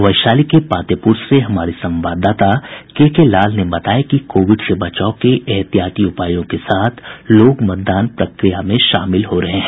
वैशाली के पातेपुर से हमारे संवाददाता के के लाल ने बताया कि कोविड से बचाव के एहतियाती उपायों के साथ लोग मतदान प्रक्रिया में शामिल हो रहे हैं